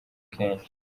kenshi